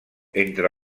entre